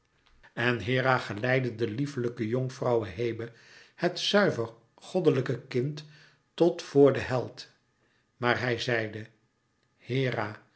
en hera geleidde de lieflijke jonkvrouwe hebe het zuiver goddelijke kind tot vor den held maar hij zeide hera